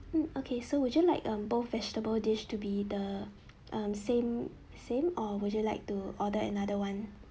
hmm okay so would you like um both vegetable dish to be the um same same or would you like to order another one